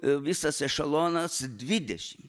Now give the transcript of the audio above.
visas ešelonas dvidešimt